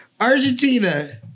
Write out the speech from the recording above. Argentina